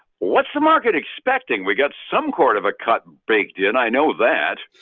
what's the market expecting? we got some court of a cut baked in, i know that.